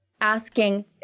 asking